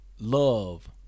love